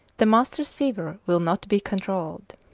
the master's fever will not be controll'd.